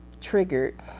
triggered